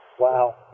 Wow